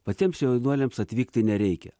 patiems jaunuoliams atvykti nereikia